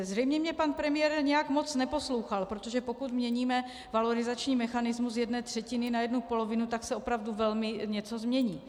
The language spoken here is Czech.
Zřejmě mě pan premiér nějak moc neposlouchal, protože pokud měníme valorizační mechanismus z jedné třetiny na jednu polovinu, tak se opravdu velmi něco změní.